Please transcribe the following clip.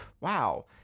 wow